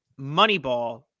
Moneyball